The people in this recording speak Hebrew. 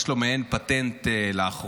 יש לו מעין פטנט לאחרונה.